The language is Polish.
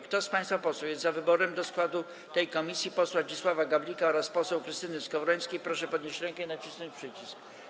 Kto z państwa posłów jest za wyborem do składu tej komisji posła Zdzisława Gawlika oraz poseł Krystyny Skowrońskiej, proszę podnieść rękę i nacisnąć przycisk.